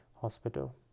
hospital